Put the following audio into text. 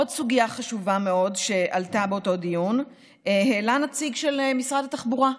עוד סוגיה חשובה מאוד באותו דיון העלה נציג משרד התחבורה,